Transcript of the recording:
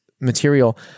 material